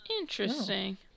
interesting